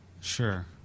Sure